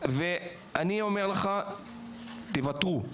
אני אומר לך, תוותרו,